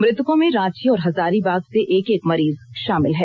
मृतकों में रांची और हजारीबाग से एक एक मरीज शामिल हैं